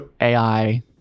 AI